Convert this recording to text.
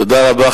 תודה רבה.